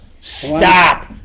Stop